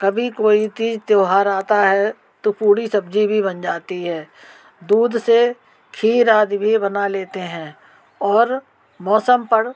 कभी कोई तीज त्यौहार आता है तो पूरी सब्ज़ी भी बन जाती है दूध से खीर आदि भी बना लेते हैं और मौसम पर